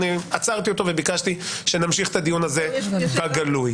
עצרתי אותו וביקשתי שנמשיך את הדיון הזה בגלוי.